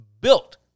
built